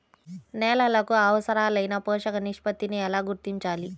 నేలలకు అవసరాలైన పోషక నిష్పత్తిని ఎలా గుర్తించాలి?